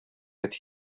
qed